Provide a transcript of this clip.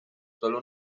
sólo